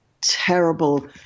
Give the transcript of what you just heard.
terrible